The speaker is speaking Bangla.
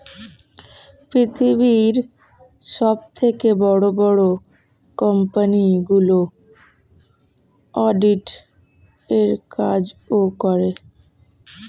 পৃথিবীর সবথেকে বড় বড় কোম্পানিগুলো অডিট এর কাজও করে